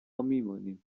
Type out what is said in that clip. میمانیم